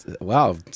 wow